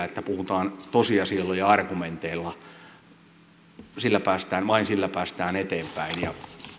että puhutaan tosiasioilla ja argumenteilla vain sillä päästään eteenpäin ja